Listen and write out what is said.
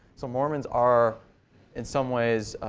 so mormons are in some ways